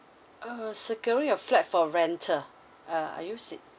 uh your flat for rental uh are you se~